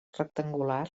rectangular